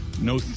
No